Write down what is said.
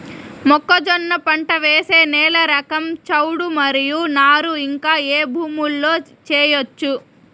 మొక్కజొన్న పంట వేసే నేల రకం చౌడు మరియు నారు ఇంకా ఏ భూముల్లో చేయొచ్చు?